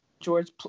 George